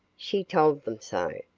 she told them so.